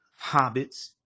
hobbits